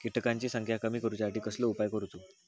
किटकांची संख्या कमी करुच्यासाठी कसलो उपाय करूचो?